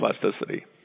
plasticity